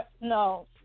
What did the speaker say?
No